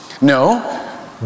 No